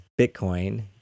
Bitcoin